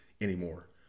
anymore